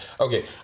Okay